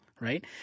right